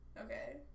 Okay